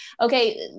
Okay